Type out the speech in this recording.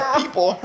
people